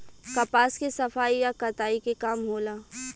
कपास के सफाई आ कताई के काम होला